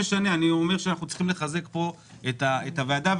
חושב שאנחנו צריכים לחזק פה את הוועדה,